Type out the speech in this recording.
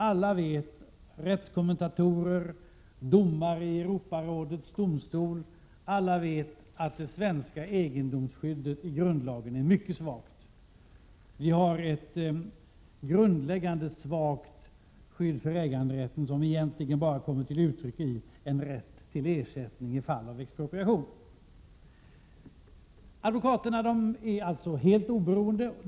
Alla vet — rättskommentatorer, domare i Europarådets domstol — att det svenska egendomsskyddet i grundlagen är mycket svagt. Vi har ett grundläggande svagt skydd för äganderätten, som egentligen bara kommer till uttryck i en rätt till ersättning i fall av expropriation. Advokaterna är helt oberoende.